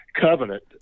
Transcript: Covenant